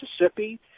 Mississippi